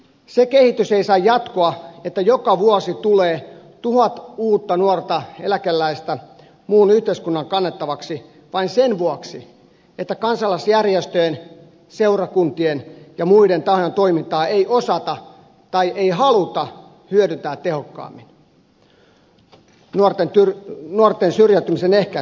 se kehitys ei saa jatkua että joka vuosi tulee tuhat uutta nuorta eläkeläistä muun yhteiskunnan kannettavaksi vain sen vuoksi että kansalaisjärjestöjen seurakuntien ja muiden tahojen toimintaa ei osata tai ei haluta hyödyntää tehokkaammin nuorten syrjäytymisen ehkäisyssä